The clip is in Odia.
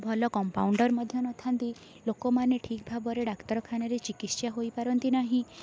ଭଲ କମ୍ପାଉଣ୍ଡର୍ ମଧ୍ୟ ନଥାନ୍ତି ଲୋକମାନେ ଠିକ୍ ଭାବରେ ଡ଼ାକ୍ତରଖାନାରେ ଚିକିତ୍ସା ହୋଇପାରନ୍ତି ନାହିଁ